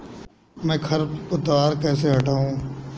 मैं खरपतवार कैसे हटाऊं?